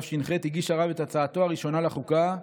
הגיש הרב את הצעתו הראשונה לחוקה,